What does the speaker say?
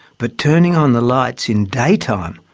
but turning on the lights in daytime,